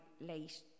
late